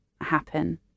happen